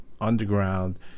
underground